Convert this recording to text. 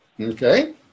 Okay